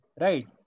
right